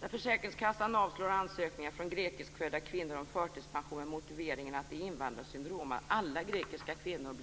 När försäkringskassan avslår ansökningar från grekiskfödda kvinnor om förtidspension med motiveringen att det är ett invandrarsyndrom, att alla grekiska kvinnor